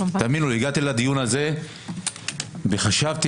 הגעתי לדיון הזה וחשבתי